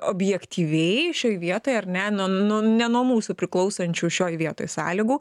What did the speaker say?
objektyviai šioj vietoj ir ar ne nu nu ne nuo mūsų priklausančių šioj vietoj sąlygų